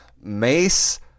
Mace